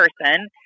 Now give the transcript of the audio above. person